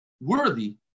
worthy